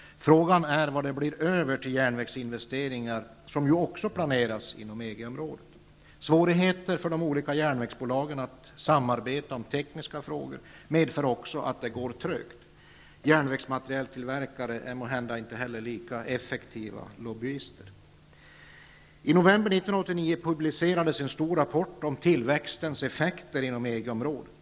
Frågan är vad som blir över till järnvägsinvesteringar, som ju också planeras inom EG-området. Svårigheter för de olika järnvägsbolagen att samarbeta om tekniska frågor medför också att det går trögt. Järnvägsmaterieltillverkare är måhända inte heller lika effektiva lobbyister. I november 1989 publicerades en stor rapport om tillväxtens effekter inom EG-området.